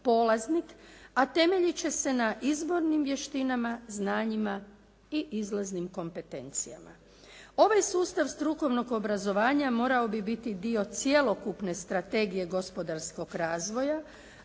a temeljit će se na izbornim vještinama, znanjima i izlaznim kompetencijama. Ovaj sustav strukovnog obrazovanja morao bi biti dio cjelokupne strategije gospodarskog razvoja